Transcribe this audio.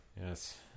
Yes